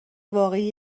واقعی